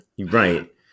Right